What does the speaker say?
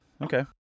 Okay